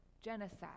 genocide